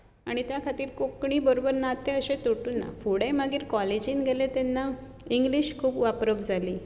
आनी त्या खातीर कोंकणी बरोबर नातें अशें तुटूंक ना फुडें मागीर कॉलेजींत गेलें तेन्ना इंग्लीश खूब वापरप जाली